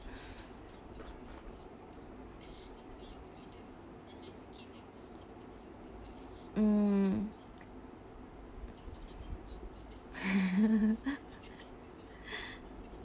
mm